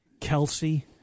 Kelsey